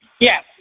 Yes